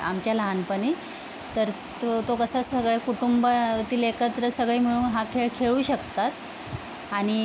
आमच्या लहानपणी तर तो तो कसा सगळ्या कुटुंबातील एकत्र सगळे मिळून हा खेळ खेळू शकतात आणि